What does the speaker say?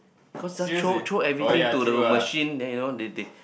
cause just throw throw everything to the machine then you know they they